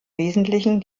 wesentlichen